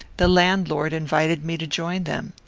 the landlord invited me to join them.